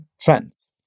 trends